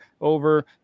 over